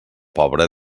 pobre